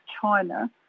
China